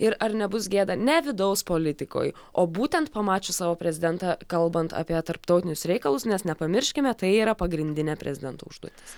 ir ar nebus gėda ne vidaus politikoj o būtent pamačius savo prezidentą kalbant apie tarptautinius reikalus nes nepamirškime tai yra pagrindinė prezidento užduotis